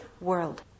world